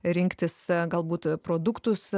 rinktis galbūt produktus